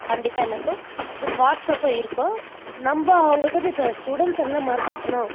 கண்டிப்பாக எல்லாருக்கும் then WhatsApp இருக்கும் நம்ப அவங்களுக்கு வந்து இப்போ ஸ்டுடென்ஸ் என்ன மார்க் எடுக்கணும்